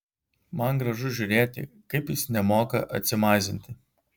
man gražu žiūrėti kaip jis nemoka atsimazinti